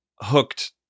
hooked